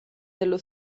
dello